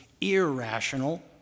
irrational